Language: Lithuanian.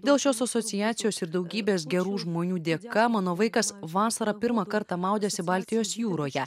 dėl šios asociacijos ir daugybės gerų žmonių dėka mano vaikas vasarą pirmą kartą maudėsi baltijos jūroje